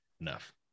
enough